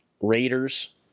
Raiders